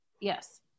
Yes